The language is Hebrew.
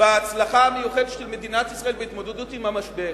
בהצלחה המיוחדת של מדינת ישראל בהתמודדות עם המשבר,